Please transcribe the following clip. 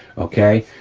okay.